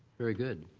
very good.